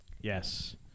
yes